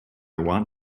want